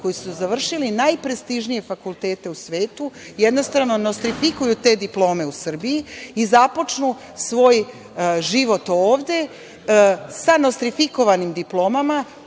koji su završili najprestižnije fakultete u svetu, jednostrano nostrifikuju te diplome u Srbiji i započnu svoj život ovde, sa nostrifikovanim diplomama